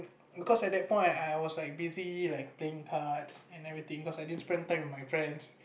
because at that point I was like busy like playing cards and everything cause I didn't spend time with my friends